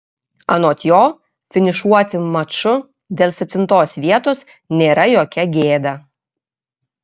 anot jo finišuoti maču dėl septintos vietos nėra jokia gėda